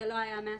זה לא היה מהסוף,